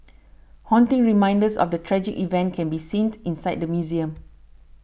haunting reminders of the tragic event can be seen inside the museum